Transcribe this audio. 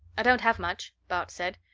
i don't have much, bart said.